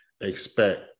expect